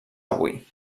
avui